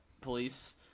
police